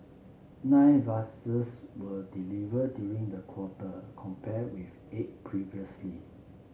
nine vessels were deliver during the quarter compare with eight previously